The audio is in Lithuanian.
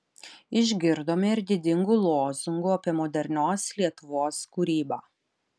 išgirdome ir didingų lozungų apie modernios lietuvos kūrybą